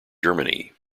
germany